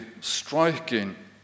striking